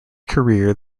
career